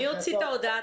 מי הוציא את ההודעה?